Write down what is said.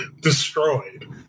destroyed